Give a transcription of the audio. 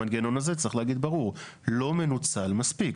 המנגנון הזה, צריך להיות ברור, לא מנוצל מספיק.